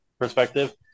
perspective